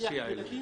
להסיע ילדים.